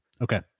Okay